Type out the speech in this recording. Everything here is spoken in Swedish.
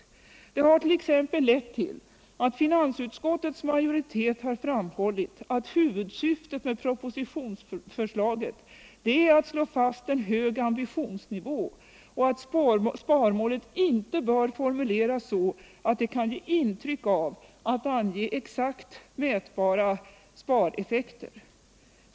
Detta har lett till att fnansutskottets majoritet har framhållit att huvudsyftet med propositionsförslaget är au slå fast en hög ambitionsnivå samt att sparmålet inte bör formuleras så att det kan ge intryck av att ange exakt mätbara spareffekter.